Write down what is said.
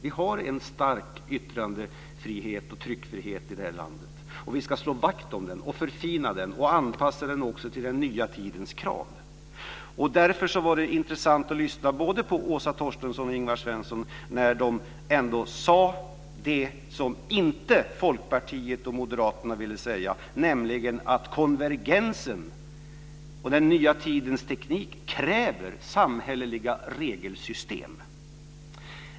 Vi har en stark yttrandefrihet och tryckfrihet i det här landet, och vi ska slå vakt om den, förfina den och anpassa den också till den nya tidens krav. Därför var det intressant att lyssna på både Åsa Torstensson och Ingvar Svensson när de ändå sade det som inte Folkpartiet och Moderaterna ville säga, nämligen att konvergensen och den nya tidens teknik kräver samhälleliga regelsystem.